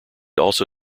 also